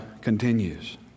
continues